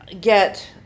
get